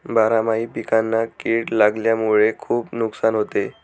बारामाही पिकांना कीड लागल्यामुळे खुप नुकसान होते